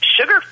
sugar